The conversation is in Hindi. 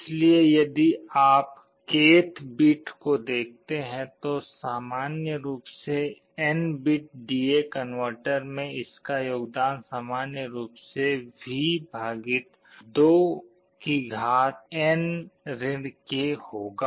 इसलिए यदि आप k th बिट को देखते हैं तो सामान्य रूप से N bit D A converter में इसका योगदान सामान्य रूप से V 2N k होगा